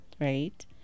right